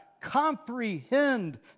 comprehend